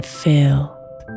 filled